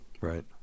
right